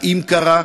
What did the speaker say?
אם קרה,